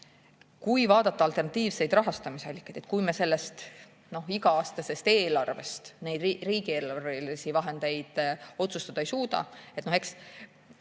Kui vaadata alternatiivseid rahastamisallikaid, et kui me sellest iga-aastasest eelarvest neid riigieelarvelisi vahendeid otsustada ei suuda, et kas